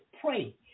pray